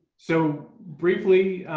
so briefly,